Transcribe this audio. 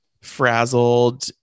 frazzled